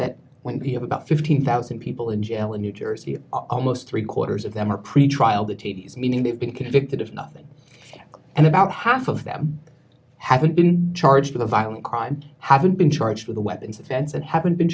that when be about fifteen thousand people in jail in new jersey almost three quarters of them are pretrial the tv's meaning they've been convicted of nothing and about half of them haven't been charged with a violent crime haven't been charged with a weapons offense and haven't been